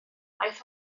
aeth